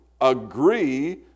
agree